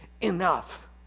enough